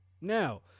Now